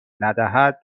ندهد